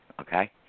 okay